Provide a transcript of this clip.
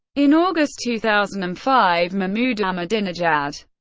in august two thousand and five, mahmoud ahmadinejad,